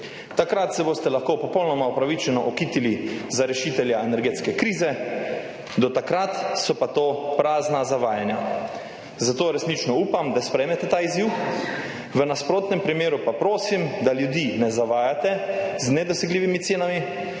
Takrat se boste lahko popolnoma upravičeno okitili za rešitelja energetske krize, do takrat so pa to prazna zavajanja. Zato resnično upam, da sprejmete ta izziv. V nasprotnem primeru pa prosim, da ljudi ne zavajate z nedosegljivimi cenami,